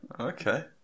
Okay